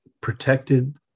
protected